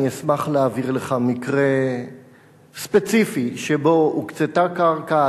אני אשמח להעביר לך מקרה ספציפי שבו הוקצתה קרקע,